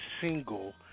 single